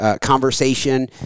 conversation